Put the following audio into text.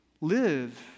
live